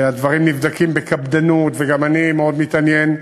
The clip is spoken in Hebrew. הדברים נבדקים בקפדנות, וגם אני מאוד מתעניין,